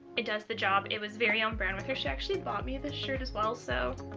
it does the job, it was very own brand with her. she actually bought me this shirt as well so